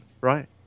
right